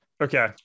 Okay